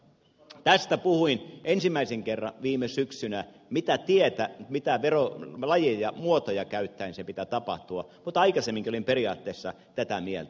tästä puhuin ensimmäisen kerran viime syksynä mitä tietä mitä verolajeja muotoja käyttäen sen pitää tapahtua mutta aikaisemminkin olin periaatteessa tätä mieltä